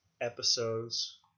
episodes